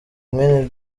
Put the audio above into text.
mwene